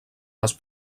les